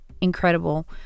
incredible